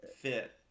fit